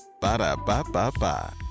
Ba-da-ba-ba-ba